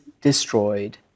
destroyed